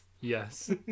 Yes